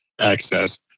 access